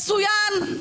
מצוין.